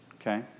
Okay